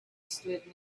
stood